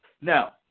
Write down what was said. Now